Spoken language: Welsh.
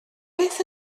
beth